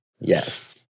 Yes